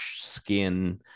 skin